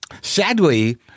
Sadly